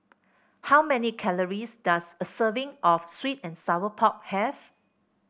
how many calories does a serving of sweet and Sour Pork have